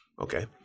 Okay